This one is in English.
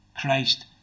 Christ